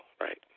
Right